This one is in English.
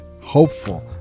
hopeful